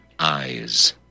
eyes